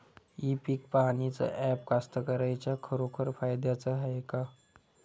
इ पीक पहानीचं ॲप कास्तकाराइच्या खरोखर फायद्याचं हाये का?